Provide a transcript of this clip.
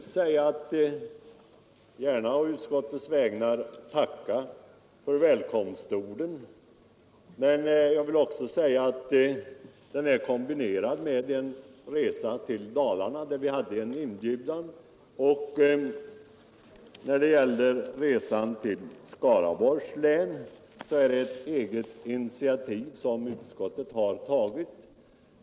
Slutligen tackar jag på utskottets vägnar för herr Blomkvists välkomnande ord, samtidigt som jag vill meddela att vi hade fått en inbjudan att resa till Dalarna. Resan till Skaraborgs län är däremot ett initiativ som utskottet självt har tagit.